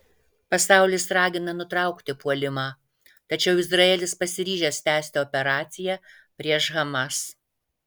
pasaulis ragina nutraukti puolimą tačiau izraelis pasiryžęs tęsti operaciją prieš hamas